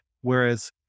Whereas